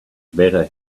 better